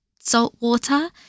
saltwater